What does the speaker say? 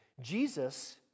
Jesus